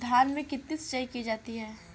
धान में कितनी सिंचाई की जाती है?